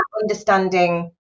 understanding